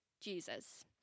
Jesus